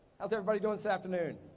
how's everybody doin' this afternoon?